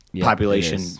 population